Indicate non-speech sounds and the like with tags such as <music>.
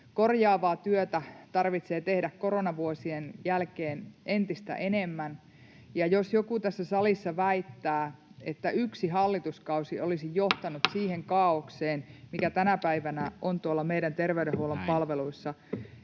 Korjaavaa työtä tarvitsee tehdä koronavuosien jälkeen entistä enemmän, ja jos joku tässä salissa väittää, että yksi hallituskausi olisi johtanut <noise> siihen kaaokseen, mikä tänä päivänä on tuolla meidän terveydenhuollon palveluissa,